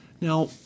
Now